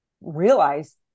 realize